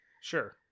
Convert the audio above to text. Sure